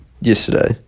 yesterday